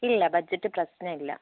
ഇല്ല ബഡ്ജറ്റ് പ്രശ്നം ഇല്ല